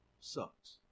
Sucks